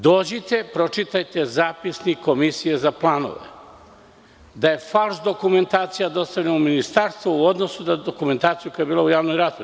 Dođite, pročitajte zapisnik Komisije za planove, da je falš dokumentacija dostavljena u ministarstvo u odnosu da dokumentaciju koja je bila u javnoj raspravi.